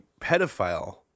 pedophile